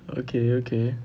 okay okay